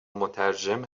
مترجم